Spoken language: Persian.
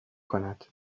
کند